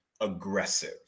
aggressive